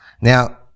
Now